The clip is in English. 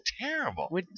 terrible